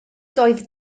doedd